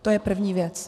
To je první věc.